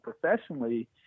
professionally